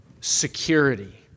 security